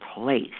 place